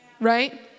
Right